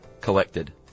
Collected